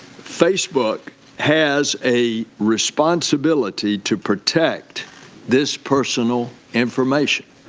facebook has a responsibility to protect this personal information.